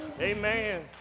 amen